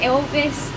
Elvis